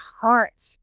heart